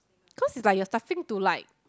cause it's like you're staffing to like